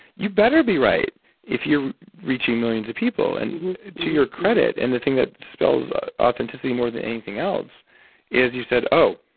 you better be right if you're reaching millions of people. and to your credit and the thing that spells authenticity more than anything else is you said oh,